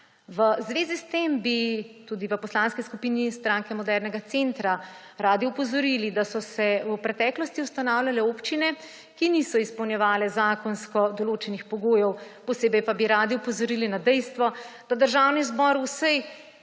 V zvezi s tem bi tudi v Poslanski skupini Stranke modernega centra radi opozorili, da so se v preteklosti ustanavljale občine, ki niso izpolnjevale zakonsko določenih pogojev, posebej pa bi radi opozorili na dejstvo, da Državni zbor v vsej